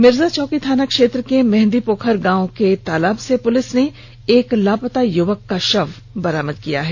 मिर्जाचौकी थाना क्षेत्र के मेंहदीपोखर गांव के तालाब से पुलिस ने लापता युवक का शव बरामद किया है